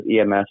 EMS